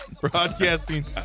broadcasting